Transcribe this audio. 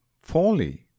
folly